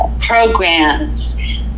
programs